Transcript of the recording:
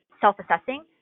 self-assessing